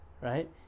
right